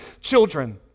children